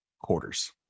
quarters